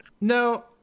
No